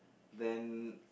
then